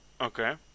Okay